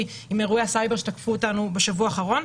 עם אירועי הסייבר שתקפו אותנו בשבוע האחרון,